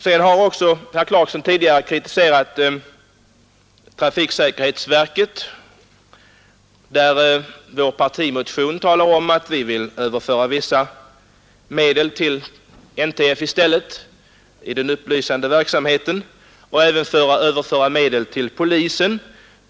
Vidare har herr Clarkson kritiserat trafiksäkerhetsverket; vår partimotion talar om att vi vill överföra vissa medel till NTF för den upplysande verksamheten och även till polisen.